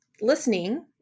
listening